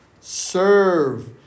serve